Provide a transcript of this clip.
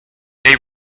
they